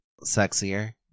sexier